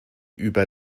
über